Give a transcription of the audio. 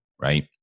right